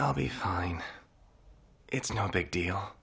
i'll be fine it's no big deal